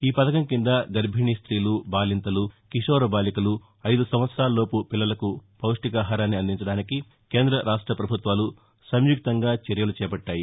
ఈ పథకం కింద గర్భిణీ స్ట్రీలు బాలింతలు కిశోర బాలికలు ఐదు సంవత్సరాలలోపు పిల్లలకు పౌష్టికాహారాన్ని అందించడానికి కేంద్ర రాష్ట్ర పభుత్వాలు సంయుక్తంగా చర్యలు చేపట్టాయి